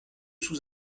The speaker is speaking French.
sous